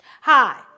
Hi